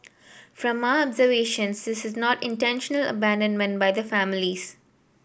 from our observation this is not intentional abandonment by the families